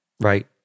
Right